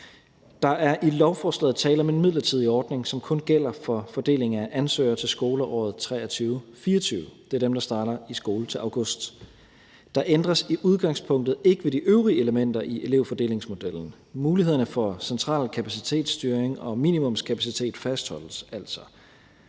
Der er med lovforslaget tale om en midlertidig ordning, som kun gælder for fordeling af ansøgere for skoleåret 2023/24. Det er dem, der starter i skole til august. Der ændres i udgangspunktet ikke ved de øvrige elementer i elevfordelingsmodellen. Mulighederne for central kapacitetsstyring og minimumskapacitet fastholdes altså.